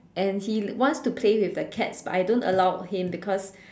and he wants to play with the cats but I don't allow him because